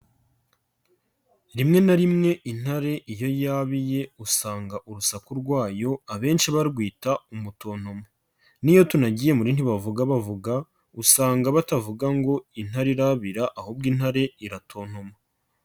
Rimwe na rimwe intare iyo yabiye usanga urusaku rwayo abenshi barwita umutontomo. N'iyo tunagiye muri ntibavuga bavuga, usanga batavuga ngo intare irabira, ahubwo intare iratontoma.